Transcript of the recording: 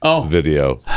video